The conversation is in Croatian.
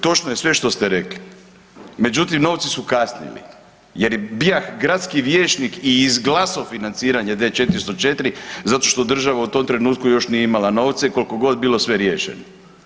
To što, sve što ste rekli, međutim, novci su kasnili, jer bijah gradski vijećnik i izglaso financiranje D404 zato što država u tom trenutku još nije imala novce, koliko god bilo sve riješeno.